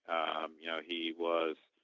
um you know he was